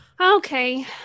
Okay